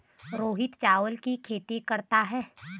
रोहित चावल की खेती करता है